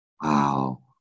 wow